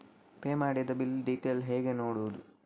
Pay ಮಾಡಿದ bill detail ಹೇಗೆ ನೋಡುವುದು?